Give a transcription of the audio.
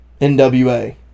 NWA